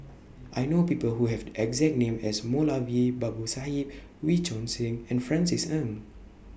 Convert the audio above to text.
I know People Who Have exact name as Moulavi Babu Sahib Wee Choon Seng and Francis Ng